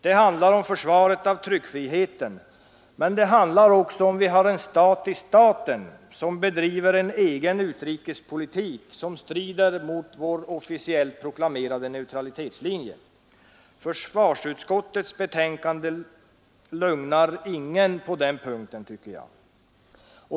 Det handlar om försvaret av tryckfriheten, men det handlar också om att vi har en stat i staten som bedriver en egen utrikespolitik som strider mot vår officiellt proklamerade neutralitetslinje. Försvarsutskottets betänkande lugnar ingen på den punkten.